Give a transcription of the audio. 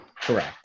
Correct